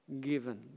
given